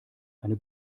eine